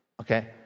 Okay